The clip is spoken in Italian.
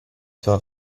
tua